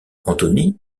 anthony